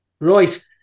Right